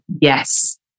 yes